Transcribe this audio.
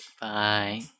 bye